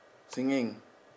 singing